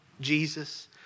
Jesus